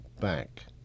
back